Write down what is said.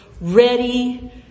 ready